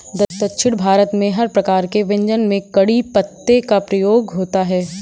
दक्षिण भारत में हर प्रकार के व्यंजन में कढ़ी पत्ते का प्रयोग होता है